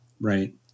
Right